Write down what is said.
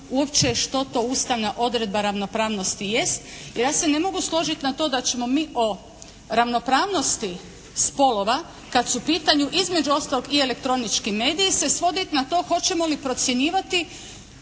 uopće što to ustavna odredba ravnopravnosti jest jer ja se ne mogu složiti na to da ćemo mi o ravnopravnosti spolova kad su u pitanju između ostalog i elektronički mediji se svoditi na to hoćemo li procjenjivati